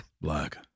Black